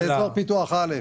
לא, זה לאזור פיתוח א'.